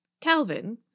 Calvin